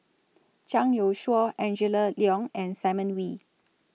Zhang Youshuo Angela Liong and Simon Wee